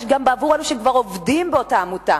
גם עבור אלה שכבר עובדים באותה עמותה,